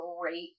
great